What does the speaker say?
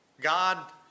God